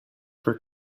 for